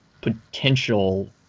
potential